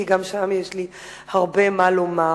כי גם שם יש לי הרבה מה לומר.